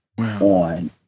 on